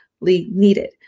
needed